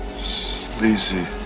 sleazy